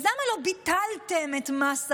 אז למה לא ביטלתם את מס עבאס,